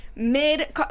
mid